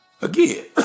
Again